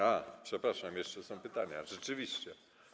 A, przepraszam, jeszcze są pytania, rzeczywiście.